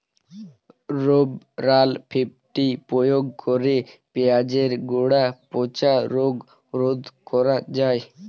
Rovral fifty প্রয়োগ করে পেঁয়াজের গোড়া পচা রোগ রোধ করা যায়?